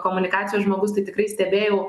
komunikacijos žmogus tai tikrai stebėjau